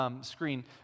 screen